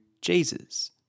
Jesus